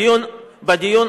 קדימה,